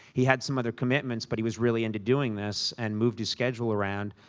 he had some other commitments, but he was really into doing this and moved his schedule around.